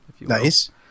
Nice